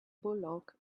bullock